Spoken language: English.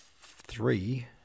three